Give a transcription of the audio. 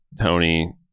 Tony